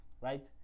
right